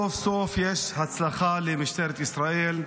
סוף-סוף יש הצלחה למשטרת ישראל.